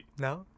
No